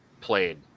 played